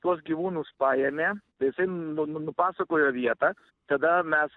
tuos gyvūnus paėmė tai jisai nu nu nupasakojo vietą tada mes